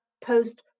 post